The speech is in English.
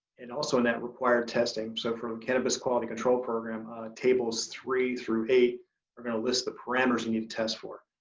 and also in that required testing. so for the cannabis quality control program tables three through eight are gonna list the parameters and you need to test for.